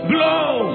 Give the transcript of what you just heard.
Blow